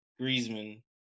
Griezmann